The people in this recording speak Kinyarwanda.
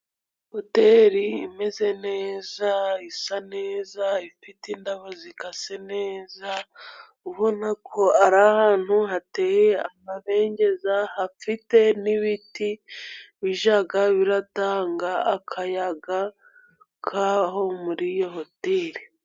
Hoteli imeze neza, isa neza, ifite indabo zikase neza, ubona ko ari ahantu hateye amabengeza hafite n'ibiti bijya biratanga akayaga kaho muri iyo hoteli.